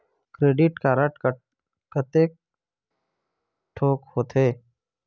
Credit card कतेक ठोक होथे?